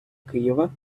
києва